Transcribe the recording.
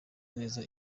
neza